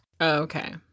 okay